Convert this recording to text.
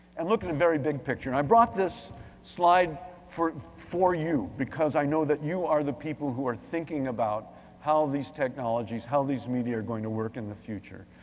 and look at a very big picture. and i brought this slide for for you, because i know that you are the people who are thinking about how these technologies, how these media are gonna work in the future.